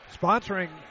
sponsoring